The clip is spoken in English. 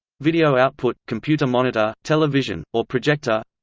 video output computer monitor, television, or projector